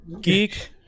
Geek